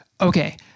Okay